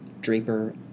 Draper